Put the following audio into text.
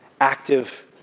active